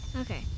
Okay